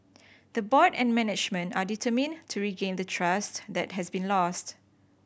the board and management are determined to regain the trust that has been lost